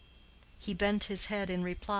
he bent his head in reply,